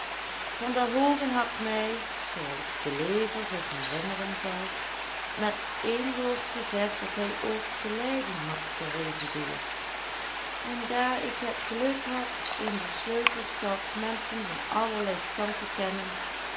van der hoogen had mij zooals de lezer zich herinneren zal met een woord gezegd dat hij ook te leiden had geresideerd en daar ik het geluk had in de sleutelstad menschen van allerlei stand te kennen